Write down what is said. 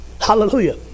Hallelujah